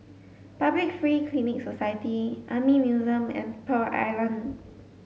Public Free Clinic Society Army Museum and Pearl Island